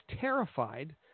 terrified